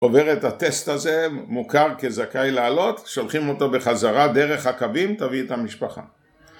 ‫עובר את הטסט הזה, ‫מוכר כזכאי לעלות, ‫שולחים אותו בחזרה דרך הקווים, ‫תביא את המשפחה.